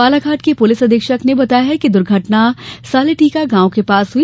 बालाघाट के पुलिस अधीक्षक ने बताया कि यह दुर्घटना सालेटीका गांव के पास हुई